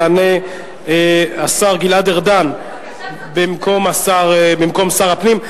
יענה השר גלעד ארדן במקום שר הפנים.